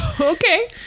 Okay